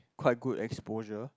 quite good exposure